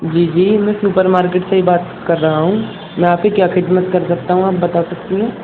جی جی میں supermarket سے ہی بات کر رہا ہوں میں آپ کی کیا خدمت کر سکتا ہوں آپ بتا سکتی ہیں